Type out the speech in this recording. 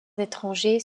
étrangers